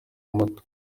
moto